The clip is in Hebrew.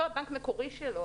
אותו הבנק המקורי שלו,